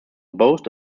boast